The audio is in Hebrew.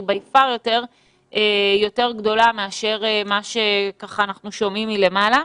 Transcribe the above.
היא יותר גדולה מאשר מה שאנחנו שומעים מלמעלה.